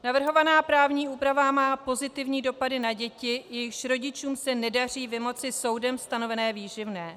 Navrhovaná právní úprava má pozitivní dopady na děti, jejichž rodičům se nedaří vymoci soudem stanovené výživné.